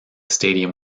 stadium